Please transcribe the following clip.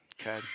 Okay